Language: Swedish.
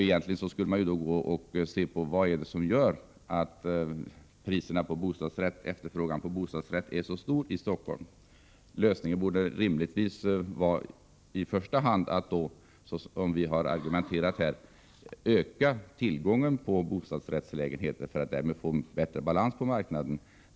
Egentligen borde man undersöka vad det är som gör att efterfrågan på bostadsrätter är så stor i Stockholm, och mot bakgrund av de argument som framförts borde lösningen på problemen rimligtvis vara att man ökar tillgången på bostadsrättslägenheter för att därmed få en bättre balans på marknaden.